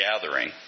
gathering